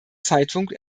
zeitpunkt